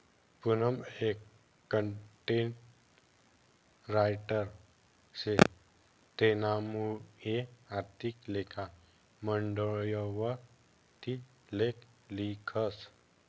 पूनम एक content writer शे तेनामुये आर्थिक लेखा मंडयवर ती लेख लिखस